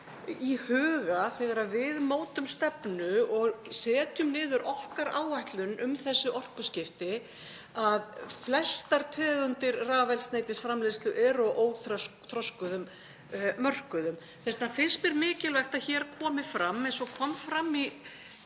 í huga þegar við mótum stefnu og setjum niður okkar áætlun um þessi orkuskipti að flestar tegundir rafeldsneytisframleiðslu eru á óþroskuðum mörkuðum. Þess vegna finnst mér mikilvægt að hér komi fram, eins og kom fram í